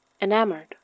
enamored